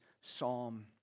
psalm